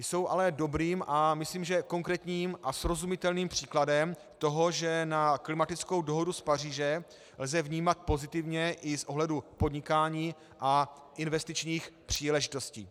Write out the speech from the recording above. Jsou ale dobrým a myslím, konkrétním a srozumitelným příkladem toho, že klimatickou dohodu z Paříže lze vnímat pozitivně i z pohledu podnikání a investičních příležitostí.